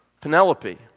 Penelope